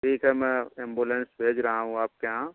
ठीक है मैं एंबुलेंस भेज रहा हूँ आपके यहाँ